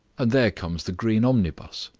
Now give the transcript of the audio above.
and there comes the green omnibus.